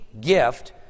gift